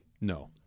No